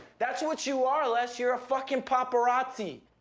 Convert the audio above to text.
that's what you are, les, you're a fucking paparazzi,